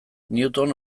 newton